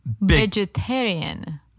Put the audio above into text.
Vegetarian